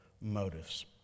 motives